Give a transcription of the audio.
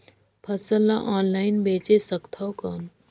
फसल ला ऑनलाइन बेचे सकथव कौन?